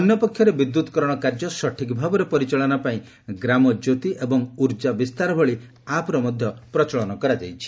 ଅନ୍ୟପକ୍ଷରେ ବିଦ୍ୟୁତକରଣ କାର୍ଯ୍ୟ ସଠିକ୍ ଭାବରେ ପରିଚାଳନା ପାଇଁ ଗ୍ରାମଜ୍ୟୋତି ଏବଂ ଉର୍ଜା ବିସ୍ତାର ଭଳି ଆପ୍ ମଧ୍ୟ ପ୍ରଚଳନ କରାଯାଇଛି